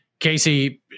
Casey